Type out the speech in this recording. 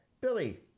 billy